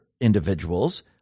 individuals